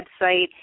website